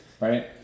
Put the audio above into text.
right